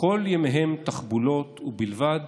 כל ימיהם תחבולות ובלבד